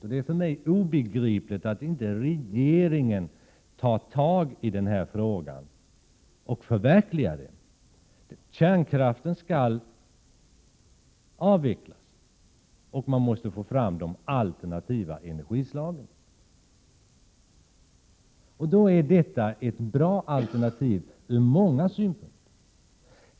Jag förstår inte varför inte 26 maj 1988 regeringen tar itu med frågan och förverkligar förslaget. Eftersom kärnkraften skall avvecklas måste man få fram alternativa energislag. Gasimporten är således ur många synpunkter ett bra alternativ.